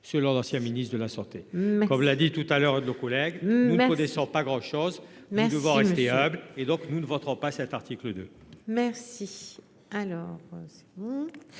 selon l'ancien ministre de la santé, comme l'a dit tout à l'heure de nos collègues, nous ne connaissons pas grand chose, mais nous voulons rester humble et donc nous ne voterons pas cet article de. Merci